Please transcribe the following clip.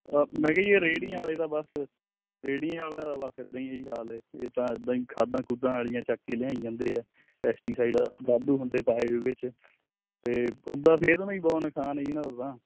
ਮੈਂ ਕਿਹਾ ਜੀ ਇਹ ਰੇਹੜੀਆਂ ਵਾਲੇ ਤਾਂ ਬਸ ਰੇਹੜੀਆਂ ਵਾਲਿਆਂ ਦਾ ਬਸ ਇੱਦਾਂ ਹੀ ਹੈ ਜੀ ਹਾਲ ਇਹ ਤਾਂ ਇੱਦਾ ਹੀ ਖਾਦਾਂ ਖੁਦਾਂ ਵਾਲੀਆਂ ਵਾਕ ਕੇ ਲਿਆਈ ਜਾਂਦੇ ਆ ਪੈਸਟੀਸਾਈਡ ਵਾਧੂ ਹੁੰਦੇ ਪਾਏ ਵੇ ਵਿੱਚ ਅਤੇ ਉੱਦਾਂ ਸਿਹਤ ਨੂੰ ਜੀ ਬਹੁਤ ਨੁਕਸਾਨ ਆ ਜੀ ਇਹਨਾਂ ਦਾ ਤਾਂ